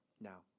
Now